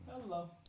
Hello